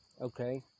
okay